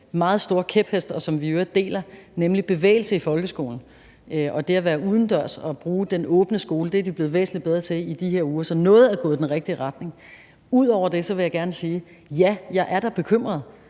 meget store kæphest, og som vi i øvrigt deler, nemlig bevægelse i folkeskolen og det at være udendørs og bruge den åbne skole, og det er de blevet væsentlig bedre til i de her uger. Så noget er gået i den rigtige retning. Ud over det vil jeg gerne sige: Ja, jeg er da bekymret,